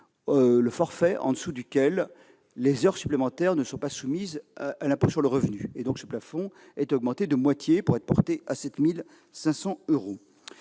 du forfait au-dessous duquel les heures supplémentaires ne sont pas soumises à l'impôt sur le revenu. Ce plafond est augmenté de moitié pour être porté à 7 500 euros.